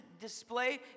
display